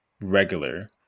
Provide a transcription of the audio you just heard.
regular